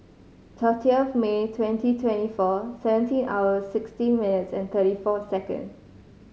thirtieth May twenty twenty four seventeen hours sixteen minutes and thirty four seconds